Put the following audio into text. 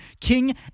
King